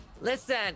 Listen